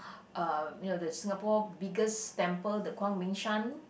(Uuh) you know the Singapore biggest temple the 光明山